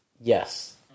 Yes